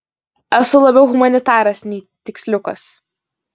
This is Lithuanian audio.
esu labiau humanitaras nei tiksliukas